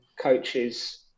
coaches